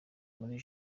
muri